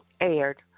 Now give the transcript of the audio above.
aired